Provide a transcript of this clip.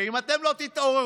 ואם אתם לא תתעוררו